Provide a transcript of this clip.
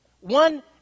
One